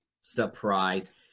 surprise